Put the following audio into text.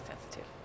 sensitive